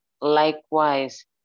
Likewise